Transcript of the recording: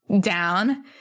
down